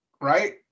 right